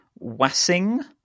Wassing